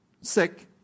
sick